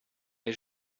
est